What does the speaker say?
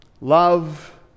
Love